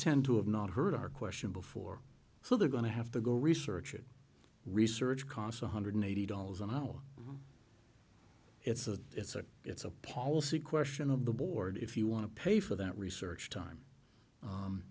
tend to have not heard our question before so they're going to have to go research it research cost one hundred eighty dollars an hour it's a it's a it's a policy question of the board if you want to pay for that research time